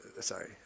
Sorry